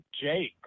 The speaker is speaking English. Jake